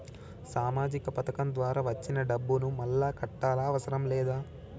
సామాజిక పథకం ద్వారా వచ్చిన డబ్బును మళ్ళా కట్టాలా అవసరం లేదా?